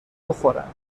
بخورن